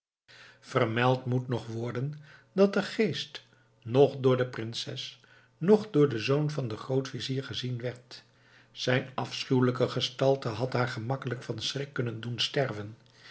vermeld moet nog worden dat de geest noch door de prinses noch door den zoon van den grootvizier gezien werd zijn afschuwelijke gestalte had haar gemakkelijk van schrik kunnen doen sterven